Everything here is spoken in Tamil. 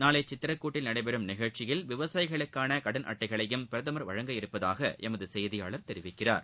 நாளை சித்திரகுட்டில் நடைபெறும் நிகழ்ச்சியில் விவசாயிகளுக்கான கடன் அட்டைகளையும் வழங்க உள்ளதாக எமது செய்தியாளர் தெரிவிக்கிறார்